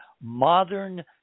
modern